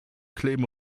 kleben